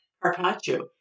Carpaccio